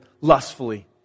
lustfully